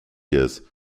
years